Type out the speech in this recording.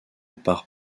par